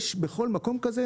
בכל מקום כזה